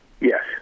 Yes